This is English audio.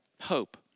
Hope